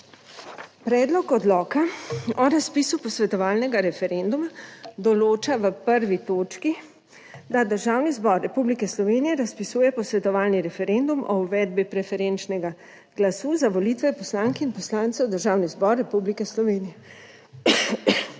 Predlog odloka o razpisu posvetovalnega referenduma določa v 1. točki, da Državni zbor Republike Slovenije razpisuje posvetovalni referendum o uvedbi preferenčnega glasu za volitve poslank in poslancev v Državni zbor Republike Slovenije.